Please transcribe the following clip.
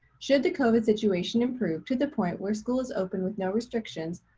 should the covid situation improve to the point where school is open with no restrictions,